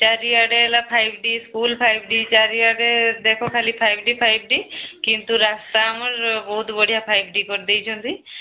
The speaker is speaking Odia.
ଚାରିଆଡ଼େ ହେଲା ଫାଇଭ୍ ଟି ଫାଇଭ୍ ଟି ଚାରିଆଡ଼େ ଦେଖ ଖାଲି ଫାଇଭ୍ ଟି ଫାଇଭ୍ ଟି କିନ୍ତୁ ରାସ୍ତା ଆମର ବହୁତ ବଢ଼ିଆ ଫାଇଭ୍ ଟି କରିଦେଇଛନ୍ତି